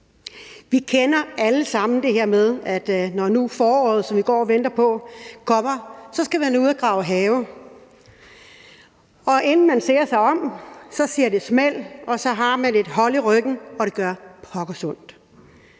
Vi kender alle sammen det her med, at når foråret, som vi går og venter på, kommer, så skal man ud at grave have, og inden man ser sig om, siger det smæld, og så har man et hold i ryggen, og det gør pokkers ondt.